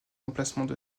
emplacements